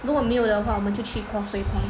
如果没有的话我们就去 Causeway Point